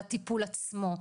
על הטיפול עצמו,